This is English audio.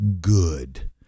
good